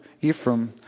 Ephraim